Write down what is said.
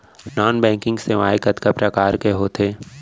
non banking सेवाएं कतका प्रकार के होथे